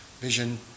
vision